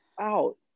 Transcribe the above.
out